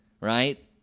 right